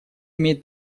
имеет